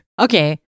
Okay